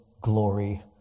glory